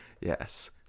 Yes